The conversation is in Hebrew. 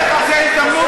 בבקשה.